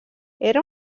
era